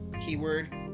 keyword